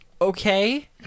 Okay